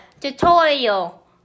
tutorial